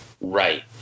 right